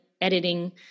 editing